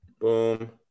Boom